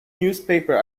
newspaper